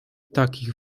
takich